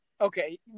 Okay